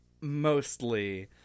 mostly